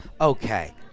Okay